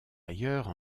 ailleurs